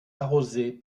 arrosée